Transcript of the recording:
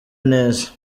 neza